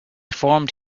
formed